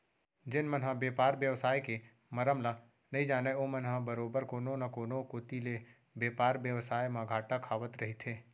जेन मन ह बेपार बेवसाय के मरम ल नइ जानय ओमन ह बरोबर कोनो न कोनो कोती ले बेपार बेवसाय म घाटा खावत रहिथे